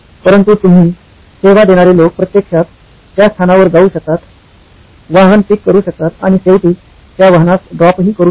परंतु तुम्ही सेवा देणारे लोक प्रत्यक्षात त्या स्थानावर जाऊ शकतात वाहन पिक करू शकतात आणि शेवटी त्या वाहनास ड्रॉप हि करू शकतात